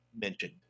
mentioned